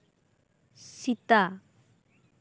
Sita